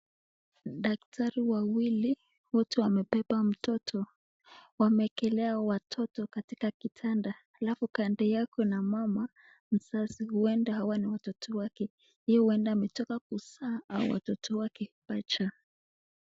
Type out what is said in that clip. Daktari wawili, wote wamebeba mtoto. Wameekelea hawa watoto katika kitanda, alafu kando yao kuna mama mzazi. Huenda hawa ni watoto wake. Ye huenda ametoka kuzaa hawa watoto wake mapacha.